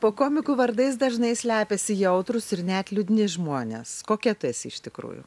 po komikų vardais dažnai slepiasi jautrūs ir net liūdni žmonės kokia tu esi iš tikrųjų